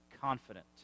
confident